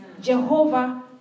Jehovah